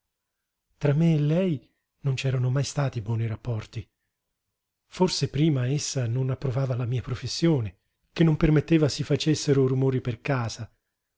tra me e lei non c'erano mai stati buoni rapporti forse prima essa non approvava la mia professione che non permetteva si facessero rumori per casa